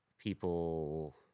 people